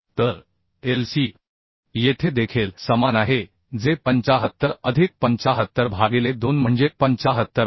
तर Lc येथे देखील समान आहे जे 75 अधिक 75 भागिले 2 म्हणजे 75 आहे